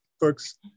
books